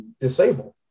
disabled